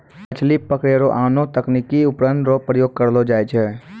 मछली पकड़ै रो आनो तकनीकी उपकरण रो प्रयोग करलो जाय छै